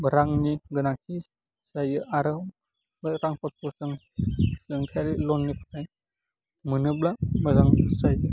रांनि गोनांथि जायो आरो रांफोरखौ जों सोलोंथाइयारि लननि थाखाय मोनोब्ला मोजां जायो